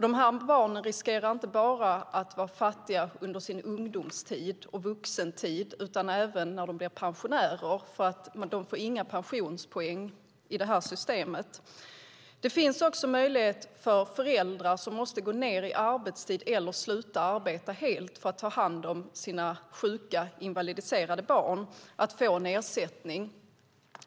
De här barnen riskerar inte bara att vara fattiga under sin ungdoms och vuxentid utan även när de blir pensionärer eftersom de inte får några pensionspoäng i det här systemet. Det finns också möjlighet för föräldrar som måste gå ned i arbetstid eller sluta arbeta helt för att ta hand om sina sjuka, invalidiserade barn att få en ersättning.